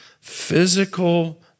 physical